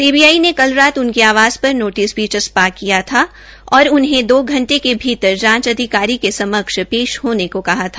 CBI ने कल रात उनके आवास पर नोटिस भी चसपा किया था और उन्हें दो घंटे के भीतर जांच अधिकारी के समक्ष पेश होने को कहा था